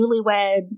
newlywed